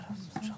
יפעת רווה: